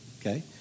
okay